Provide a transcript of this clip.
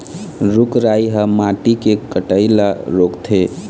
रूख राई ह माटी के कटई ल रोकथे